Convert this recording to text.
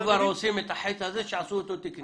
אם כבר עושים את החטא הזה, שיעשו אותו תקני.